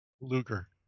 Luger